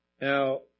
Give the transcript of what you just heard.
Now